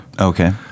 Okay